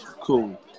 Cool